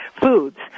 foods